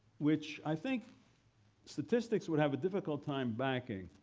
which i think statistics would have a difficult time backing.